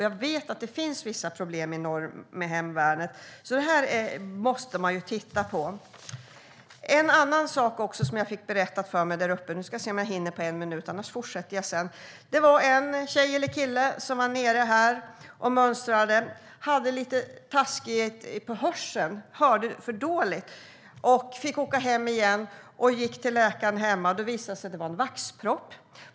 Jag vet att det finns vissa problem i norr för hemvärnet. Det här måste man alltså titta på. En annan sak som jag också fick berättat för mig där uppe var att en tjej eller kille som var här nere och mönstrade hörde lite dåligt och fick åka hem igen och gå till läkaren hemma. Det visade sig att det var en vaxpropp.